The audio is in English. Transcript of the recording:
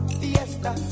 fiesta